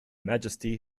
majesty